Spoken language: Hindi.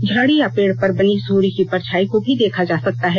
झाड़ी या पेड़ पर बनी सूर्य की परछाई को भी देखा जा सकता है